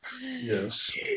Yes